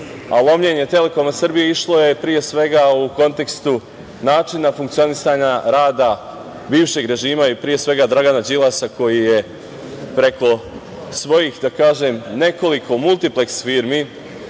lomljenje „Telekoma Srbije“ išlo je pre svega u kontekstu načina funkcionisanja rada bivšeg režima i pre svega Dragana Đilasa, koji je preko svojih nekoliko multifleks firmi,